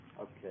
Okay